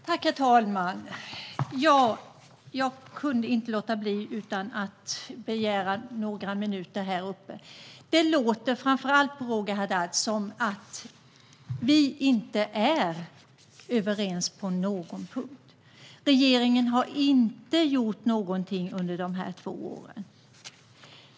Herr talman! Jag kunde inte låta bli att begära några minuter här uppe i talarstolen. Det låter, framför allt på Roger Haddad, som att vi inte är överens på någon punkt. Regeringen har inte gjort någonting under dessa två år.